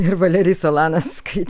ir valerijų salaną skaitė